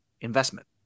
investment